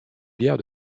bière